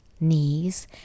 knees